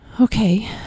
Okay